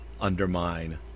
undermine